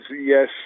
yes